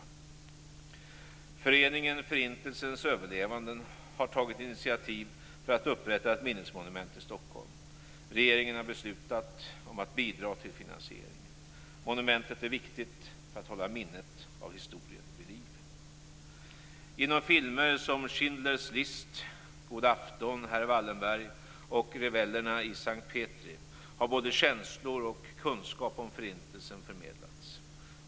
Föreningen Förintelsens överlevande har tagit initiativ för att upprätta ett minnesmonument i Stockholm. Regeringen har beslutat om att bidra till finansieringen. Monumentet är viktigt för att hålla minnet av historien vid liv. Genom filmer som Schindler's list, God afton, herr Wallenberg och Rebellerna i S:t Petri har både känslor och kunskap om Förintelsen förmedlats.